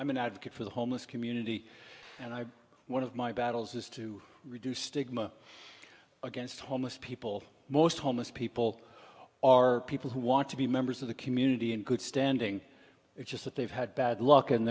an advocate for the homeless community and i one of my battles is to reduce stigma against homeless people most homeless people are people who want to be members of the community in good standing it's just that they've had bad luck and